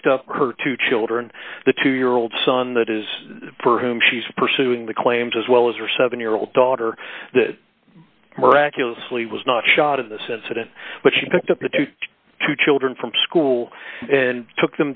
picked up her two children the two year old son that is for whom she's pursuing the claims as well as her seven year old daughter that miraculously was not shot of this incident but she picked up a twenty two children from school and took